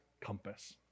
compass